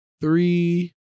three